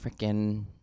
freaking